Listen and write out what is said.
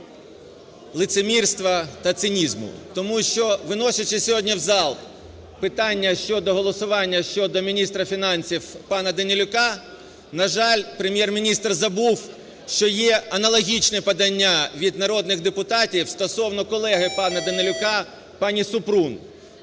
тому що, виносячи сьогодні в зал питання щодо голосування щодо міністра пана Данилюка, на жаль, Прем'єр-міністр забув, що є аналогічне подання від народних депутатів стосовно колеги пана Данилюка пані Супрун.